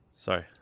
Sorry